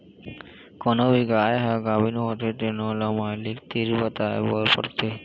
कोनो भी गाय ह गाभिन होथे तेनो ल मालिक तीर बताए बर परथे